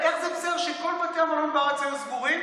אבל איך זה בסדר שכל בתי המלון בארץ היו סגורים,